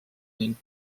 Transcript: ning